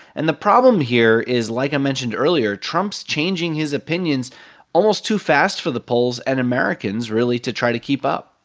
and the problem here is, like i mentioned earlier, trump's changing his opinions almost too fast for the polls and americans, really, to try to keep up